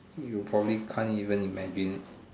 you probably can't even imagine